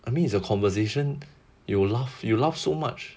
I mean it's a conversation you laugh you laugh so much